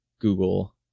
Google